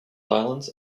islands